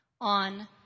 on